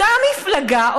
אותה מפלגה,